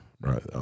right